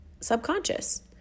subconscious